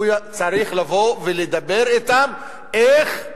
צריך לבוא ולדבר אתם איך הוא